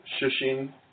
Shushing